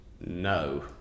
no